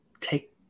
take